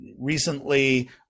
recently